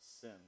sin